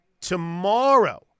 tomorrow